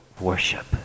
worship